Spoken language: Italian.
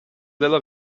della